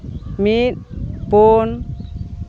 ᱢᱤᱫ ᱯᱩᱱ